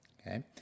Okay